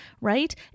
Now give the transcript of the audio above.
right